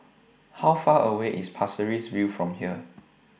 How Far away IS Pasir Ris View from here